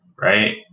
right